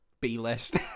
B-list